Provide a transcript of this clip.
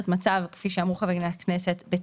המצב שבו תמיד לפרט יש תמריץ לעבוד עוד